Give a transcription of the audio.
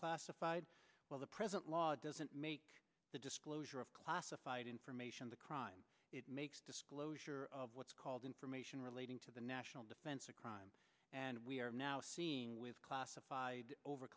classified well the present law doesn't make the disclosure of classified information the crime it makes disclosure of what's called information relating to the national defense a crime and we are now seeing with classified